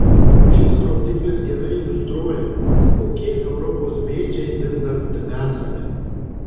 šis rodiklis gerai iliustruoja kokie europos bėdžiai vis dar tebesame